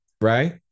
Right